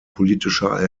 politischer